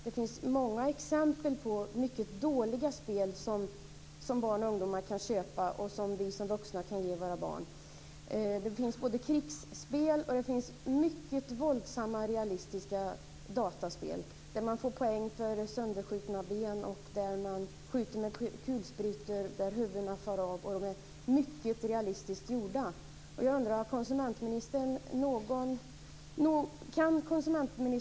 Det finns många exempel på mycket dåliga spel som barn och ungdomar kan köpa och som vi vuxna kan ge våra barn. Det finns krigsspel och mycket våldsamma och realistiska dataspel, där man skjuter med kulsprutor, där huvudena far av och där man får poäng för sönderskjutna ben.